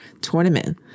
Tournament